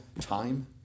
time